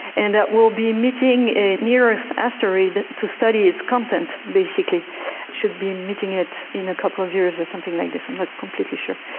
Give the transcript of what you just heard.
and that will be meeting a near-earth asteroid to study its content basically. it should be meeting it in a couple of years or something like this, i'm not completely sure.